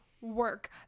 work